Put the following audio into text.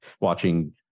watching